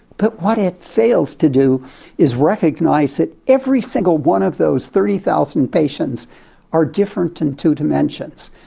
but what it fails to do is recognise that every single one of those thirty thousand patients are different in two dimensions.